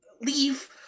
leave